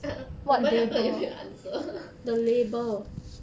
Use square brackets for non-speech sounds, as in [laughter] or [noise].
我们两个也没有 answer [laughs]